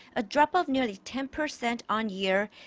a drop of nearly ten percent on-year.